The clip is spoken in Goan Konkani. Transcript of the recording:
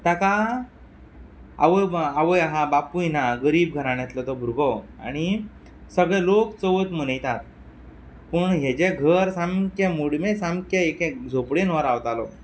ताका आवय आवय आहा बापूय ना गरीब घराण्यांतलो तो भुरगो आणी सगळे लोक चवथ मनयतात पूण हेजें घर सामकें मोडकें सामकें एके झोपडेन हो रावतालो